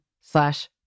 slash